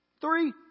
Three